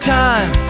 time